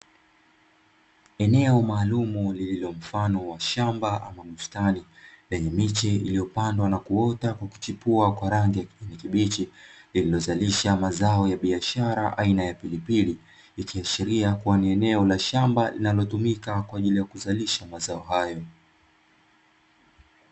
Eneo maalumu lililo mfano wa shamba ama bustani, lenye miche iliyopandwa na kuota kwa kuchipua kwa rangi ya kijani kibichi, lililozalisha mazao ya biashara aina ya pilipili ikiashiria kuwa ni eneo la shamba linalotumika kwa ajili ya kuzalisha mazao hayo.